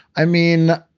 i mean,